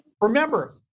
Remember